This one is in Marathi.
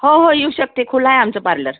हो हो येऊ शकते खुलं आहे आमचं पार्लर